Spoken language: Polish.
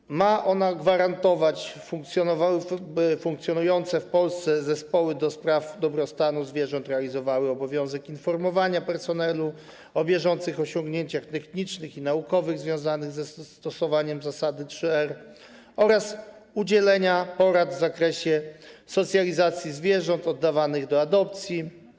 Ustawa ma gwarantować, by funkcjonujące w Polsce zespoły ds. dobrostanu zwierząt realizowały obowiązek informowania personelu o bieżących osiągnięciach technicznych i naukowych związanych ze stosowaniem zasady 3R oraz udzielania porad w zakresie socjalizacji zwierząt oddawanych do adopcji.